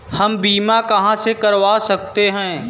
हम बीमा कहां से करवा सकते हैं?